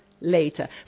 later